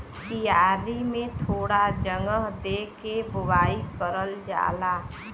क्यारी में थोड़ा जगह दे के बोवाई करल जाला